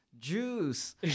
juice